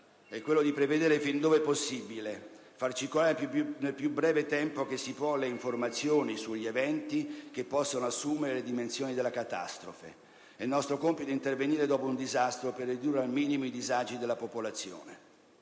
è quello di prevedere fin dove possibile, far circolare nel più breve tempo che si può le informazioni sugli eventi che possono assumere le dimensioni della catastrofe, è nostro compito intervenire dopo un disastro per ridurre al minimo i disagi della popolazione.